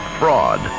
fraud